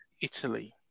Italy